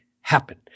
happen